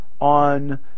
on